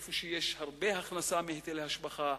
איפה שיש הרבה הכנסה מהיטלי השבחה,